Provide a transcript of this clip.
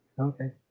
Okay